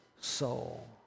soul